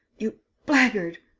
you blackguard!